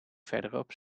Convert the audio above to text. verderop